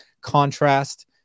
contrast